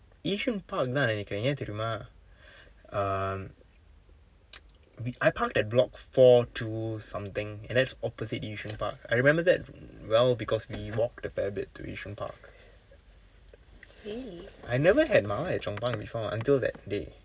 yishun park தான் நினைக்கிறேன் ஏன் தெரியுமா:thaan ninaikkiraen aen theriyumaa um w~ I parked at block four two something and that's opposite yishun park I remember that well because we walked a fair bit to yishun park I never had mala at chong pang before until that day